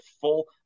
full